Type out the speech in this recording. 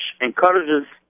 encourages